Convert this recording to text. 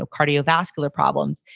ah cardiovascular problems.